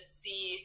see